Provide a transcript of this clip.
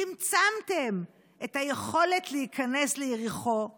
צמצמתם את היכולת להיכנס ליריחו ליהודים,